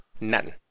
None